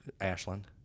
Ashland